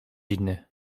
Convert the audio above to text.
inny